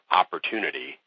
opportunity